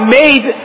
made